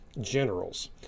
generals